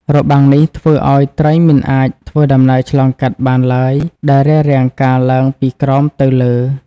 របាំងនេះធ្វើឱ្យត្រីមិនអាចធ្វើដំណើរឆ្លងកាត់បានឡើយដែលរារាំងការឡើងពីក្រោមទៅលើ។